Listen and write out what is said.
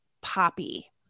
poppy